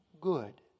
good